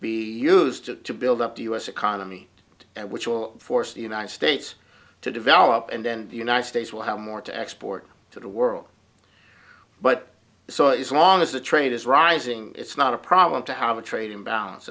be used to build up the u s economy which will force the united states to develop and then the united states will have more to export to the world but saw as long as the trade is rising it's not a problem to have a trade imbalance